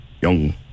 young